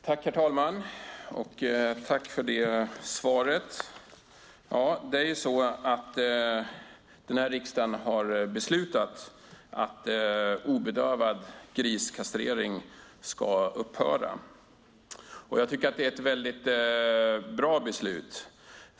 Herr talman! Jag tackar landsbygdsministern för svaret. Riksdagen har beslutat att obedövad griskastrering ska upphöra. Det är ett bra beslut.